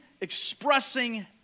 expressing